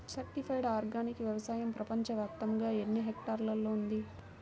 Certified organic వ్యవసాయం ప్రపంచ వ్యాప్తముగా ఎన్నిహెక్టర్లలో ఉంది?